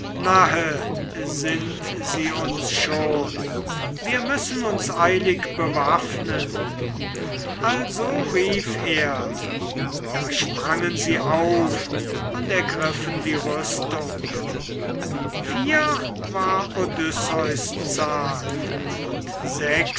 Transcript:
sind sie uns schon wir müssen uns eilig bewaffnen also rief er da sprangen sie auf und ergriffen die rüstung vier war odysseus zahl und sechs